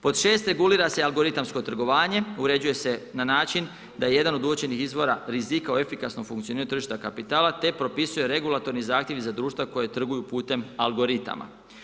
Pod 6. regulira se algoritamsko trgovanje, uređuje se na način da je jedan od uočenih izvora rizika o efikasnom funkcioniranju tržišta kapitala te propisuje regulatorne zahtjeve za društva koja trguju putem algoritama.